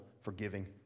forgiving